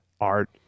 art